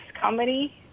Comedy